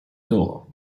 door